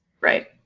Right